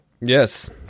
Yes